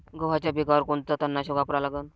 गव्हाच्या पिकावर कोनचं तननाशक वापरा लागन?